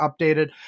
updated